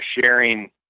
sharing